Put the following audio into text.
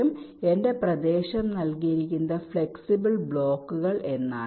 അതിനാൽ എന്റെ പ്രദേശം നൽകിയിരിക്കുന്നത് ഫ്ലെക്സിബിൾ ബ്ലോക്കുകൾ എന്നാണ്